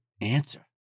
Answer